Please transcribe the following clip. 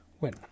win